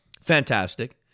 Fantastic